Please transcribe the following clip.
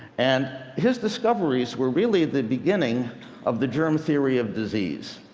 and his discoveries were really the beginning of the germ theory of disease.